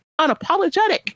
unapologetic